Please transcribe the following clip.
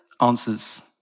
answers